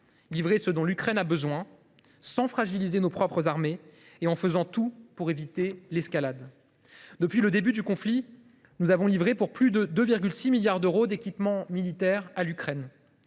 livrer ce dont l’Ukraine a besoin, sans fragiliser nos propres armées et en faisant tout pour éviter l’escalade. Depuis le début du conflit, nous avons livré pour plus de 2,6 milliards d’euros d’équipements militaires à l’Ukraine,